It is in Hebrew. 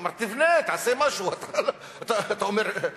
אמרתי: תבנה, תעשה משהו, אתה אומר.